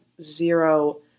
zero